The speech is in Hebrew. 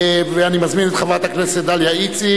אני מזמין את חברת הכנסת דליה איציק